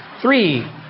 Three